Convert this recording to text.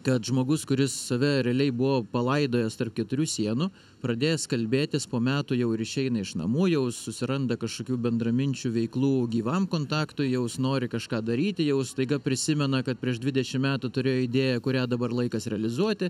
kad žmogus kuris save realiai buvo palaidojęs tarp keturių sienų pradėjęs kalbėtis po metų jau ir išeina iš namų jau susiranda kažkokių bendraminčių veiklų gyvam kontaktui jau jis nori kažką daryti jau staiga prisimena kad prieš dvidešim metų turėjo idėją kurią dabar laikas realizuoti